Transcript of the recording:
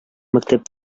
мәктәп